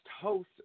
host